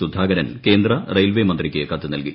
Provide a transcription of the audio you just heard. സുധാകരൻ കേന്ദ്ര റെയിൽവേ മന്ത്രിക്ക് കത്ത് നൽകി